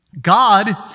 God